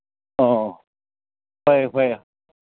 ꯑꯣ ꯍꯣꯏ ꯍꯣꯏ